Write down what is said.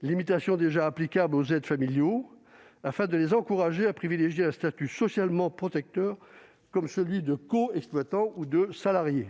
cette limitation est déjà applicable aux aides familiaux -afin de les encourager à privilégier un statut socialement protecteur comme celui de coexploitant ou de salarié.